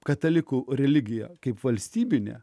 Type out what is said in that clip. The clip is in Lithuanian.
katalikų religija kaip valstybinė